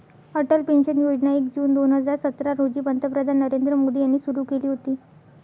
Atal pension योजना एक जून दोन हजार सतरा रोजी पंतप्रधान नरेंद्र मोदी यांनी सुरू केली होती